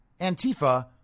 Antifa